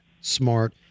Smart